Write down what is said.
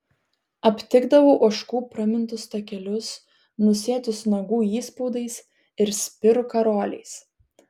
aptikdavau ožkų pramintus takelius nusėtus nagų įspaudais ir spirų karoliais